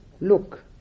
look